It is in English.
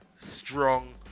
strong